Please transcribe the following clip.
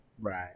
Right